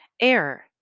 Air